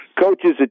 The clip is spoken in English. coaches